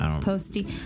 Posty